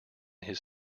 his